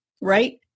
right